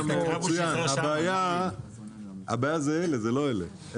הבעיה זה אלה, זה לא אלה.